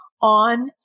on